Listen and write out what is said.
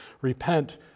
repent